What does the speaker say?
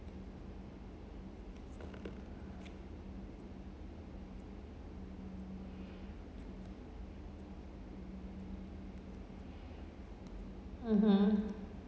mmhmm